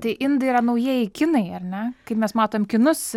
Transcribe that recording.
tai indai yra naujieji kinai ar ne kaip mes matom kinus